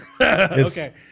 Okay